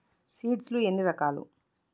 Seed లు ఎన్ని రకాలు?